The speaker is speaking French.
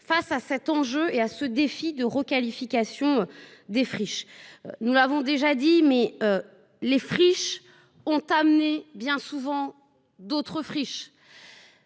face à cet enjeu et à ce défi de la requalification des friches. Nous l'avons rappelé, les friches amènent bien souvent d'autres friches.